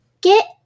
get